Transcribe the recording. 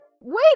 wait